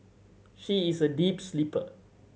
she is a deep sleeper